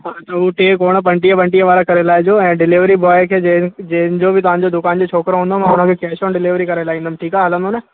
हा त हू टे कोण पंजटीह पंटीह वारा करे लाहिजो ऐं डिलीवरी बॉय खे जे जंहिं जो बि तव्हांजो दुकान जो छोकिरो हूंदो मां हुनखे कैश ऑन डिलीवरी करे लाहींदमि ठीकु आहे हलंदो न